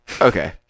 okay